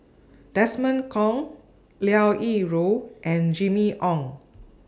Desmond Kon Liao Yingru and Jimmy Ong